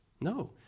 No